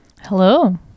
Hello